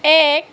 এক